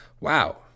Wow